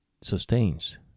sustains